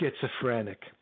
schizophrenic